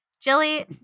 Jilly